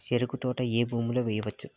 చెరుకు తోట ఏ భూమిలో వేయవచ్చు?